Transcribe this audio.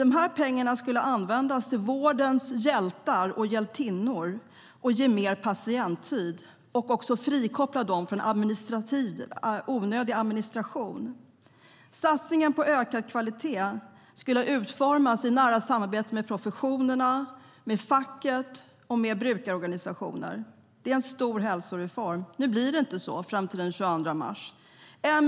Dessa pengar skulle ge vårdens hjältar och hjältinnor mer patienttid och frikoppla dem från onödig administration. Satsningen på ökad kvalitet skulle ha utformats i nära samarbete med professionerna, facket och brukarorganisationerna. Det var en stor hälsoreform, men nu blir det inte så fram till den 22 mars.